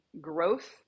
growth